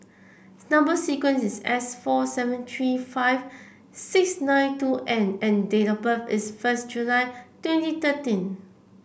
number sequence is S four seven three five six nine two N and date of birth is first July twenty thirteen